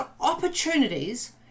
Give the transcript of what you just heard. opportunities